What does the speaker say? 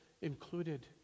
included